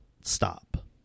stop